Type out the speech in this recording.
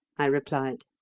i replied.